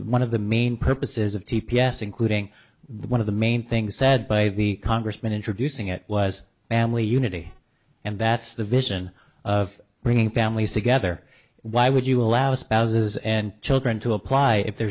one of the main purposes of t p s including one of the main things said by the congressman introducing it was family unity and that's the vision of bringing families together why would you allow spouses and children to apply if